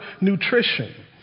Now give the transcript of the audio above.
nutrition